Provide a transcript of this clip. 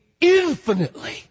infinitely